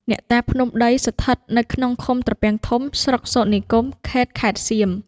អ្នកតាភ្នំដីស្ថិតនៅក្នុងឃុំត្រពាំងធំ ស្រុកសូទ្រនិគម ខេតខេត្តសៀម។